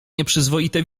nieprzyzwoite